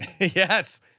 Yes